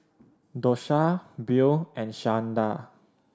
Dosha Beau and Shawnda